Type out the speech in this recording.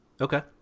Okay